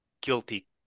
guilty